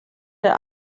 der